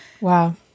Wow